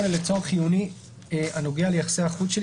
חיונית,(8) לצורך חיוני הנוגע ליחסי החוץ של